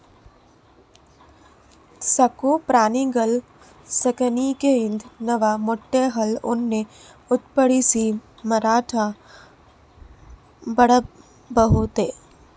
ಸಾಕು ಪ್ರಾಣಿಗಳ್ ಸಾಕಾಣಿಕೆಯಿಂದ್ ನಾವ್ ಮೊಟ್ಟೆ ಹಾಲ್ ಉಣ್ಣೆ ಉತ್ಪಾದಿಸಿ ಮಾರಾಟ್ ಮಾಡ್ಬಹುದ್